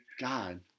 God